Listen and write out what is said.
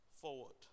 forward